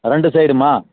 ரெண்டு சைடுமா